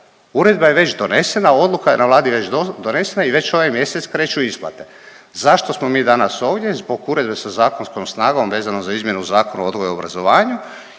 Uredba je već donesena, odluka je na Vladi već donesena i već ovaj mjesec kreću isplate. Zašto smo mi danas ovdje, zbog uredbe sa zakonskom snagom vezano za izmjenu Zakona o odgoju i obrazovanju